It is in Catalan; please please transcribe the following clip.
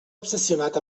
obsessionat